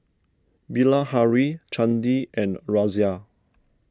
Bilahari Chandi and Razia